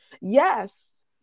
Yes